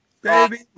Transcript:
Baby